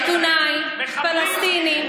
עיתונאי פלסטיני,